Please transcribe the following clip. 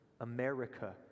America